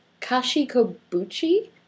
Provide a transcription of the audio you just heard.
Kashikobuchi